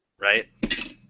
Right